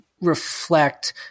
reflect